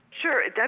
Sure